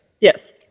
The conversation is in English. Yes